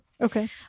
okay